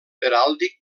heràldic